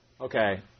Okay